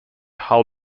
hull